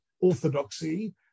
orthodoxy